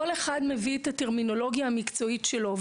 כל אחד מביא את הטרמינולוגיה המקצועית שלו.